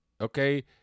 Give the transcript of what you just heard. okay